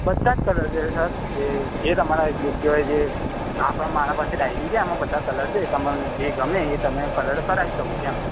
બધા જ કલર છે સર જે જે તમારે જોઇએ જે આપણાં મારી પાસે ડાયરી છે એમાં બધા કલર છે એ તમને જે ગમે એ કલર કરાવી શકો એમ